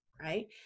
Right